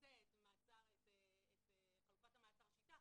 לנסות את חלופת המעצר 'שיטה',